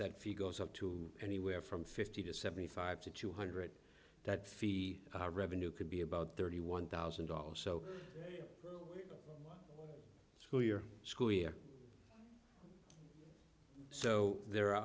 that fee goes up to anywhere from fifty to seventy five to two hundred that fee revenue could be about thirty one thousand dollars so school year school year so there are